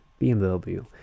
BMW